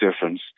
difference